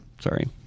Sorry